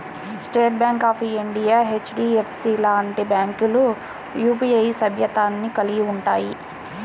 state bank of India, HDFC లాంటి బ్యాంకులు UPI సభ్యత్వాన్ని కలిగి ఉంటయ్యి